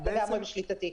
בשליטתי.